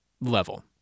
level